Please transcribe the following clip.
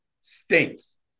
stinks